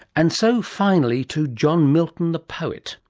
and so finally to john milton the poet.